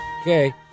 Okay